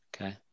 okay